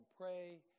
pray